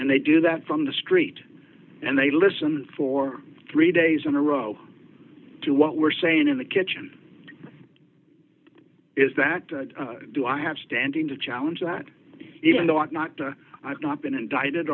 and they do that from the street and they listen for three days in a row to what we're saying in the kitchen is that do i have standing to challenge that even though i'm not i've not been indicted